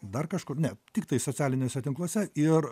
dar kažkur ne tiktai socialiniuose tinkluose ir